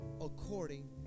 according